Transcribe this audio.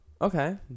okay